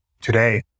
today